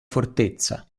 fortezza